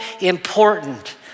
important